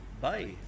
Bye